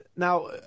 Now